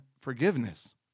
forgiveness